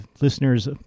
listeners